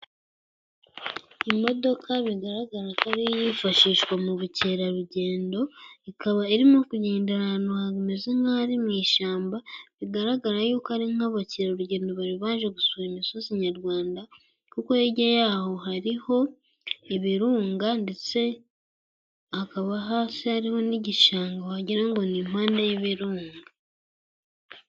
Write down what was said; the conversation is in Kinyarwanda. Imodoka, bigaragara ko ari iyifashishwa mu bukerarugendo, ikaba irimo kugendera ahantu hameze nk’aho ari mu ishyamba. Bigaragara y’uko ari nk’abakerarugendo bari baje gusura imisozi nyarwanda, kuko hirya yaho hariho ibirunga, ndetse akaba hasi hariho n’igishanga, wagira ngo ni mpande y’Ibirunga.